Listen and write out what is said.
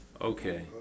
Okay